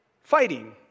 fighting